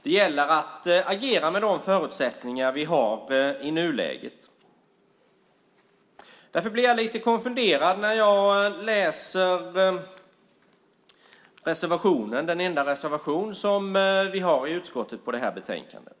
Det gäller att agera med de förutsättningar vi har i nuläget. Därför blir jag lite konfunderad när jag läser den enda reservation som vi har i utskottet i det här betänkandet.